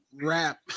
rap